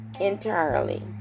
entirely